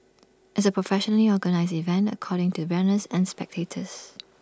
it's A professionally organised event catering to runners and spectators